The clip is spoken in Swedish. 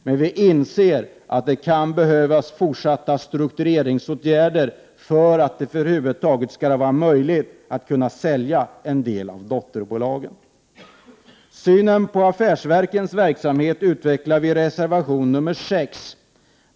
Men vi inser att det kan behövas fortsatta struktureringsåtgärder för att det över huvud taget skall vara möjligt att sälja en del av dotterbolagen. Synen på affärsverkens verksamhet utvecklar vi i reservation nr 6.